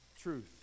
truth